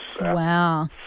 Wow